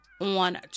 On